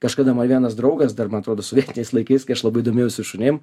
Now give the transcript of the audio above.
kažkada man vienas draugas dar man atrodo sovietiniais laikais kai aš labai domėjausi šunim